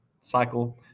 cycle